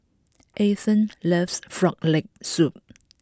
Eithel loves Grog Leg Soup